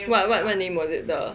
what what what name was it the